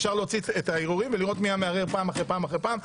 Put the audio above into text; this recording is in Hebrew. אפשר לראות מי המערער פעם אחר פעם,